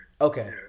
Okay